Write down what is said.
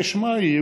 כשמה כן היא,